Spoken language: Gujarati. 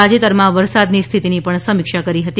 તાજેતરમાં વરસાદની સ્થિતિની પણ સમીક્ષા કરી હતી